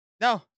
No